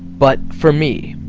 but for me.